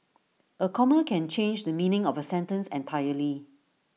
A comma can change the meaning of A sentence entirely